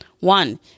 One